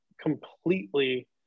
completely